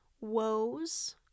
woes